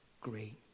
great